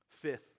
Fifth